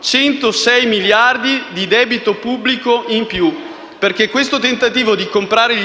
106 miliardi di debito pubblico in più, perché il tentativo di comprare il